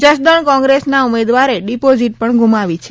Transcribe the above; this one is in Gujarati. જસદણ કોંગ્રેસના ઉમેદવારે ડિપોઝીટ પણ ગુમાવી છે